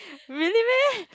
really meh